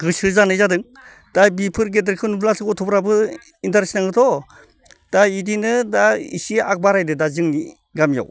गोसो जानाय जादों दा बिफोर गेदेरखो नुब्लासो गथ'फोराबो इन्ट्रेस्ट नाङोथ' दा इदिनो दा इसे आगबारायदो दा जोंनि गामियाव